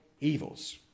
evils